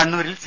കണ്ണൂരിൽ സി